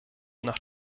nach